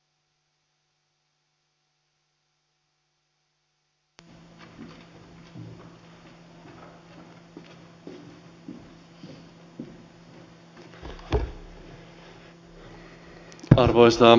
arvoisa puhemies